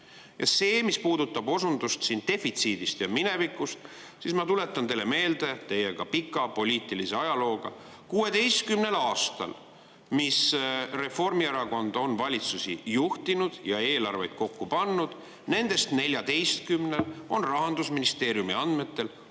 Ja see, mis puudutab osundust defitsiidile ja minevikule, siis ma tuletan teile meelde – teie olete ka pika poliitilise ajalooga –, et 16 aastal, kui Reformierakond on valitsusi juhtinud ja eelarveid kokku pannud, on Rahandusministeeriumi andmetel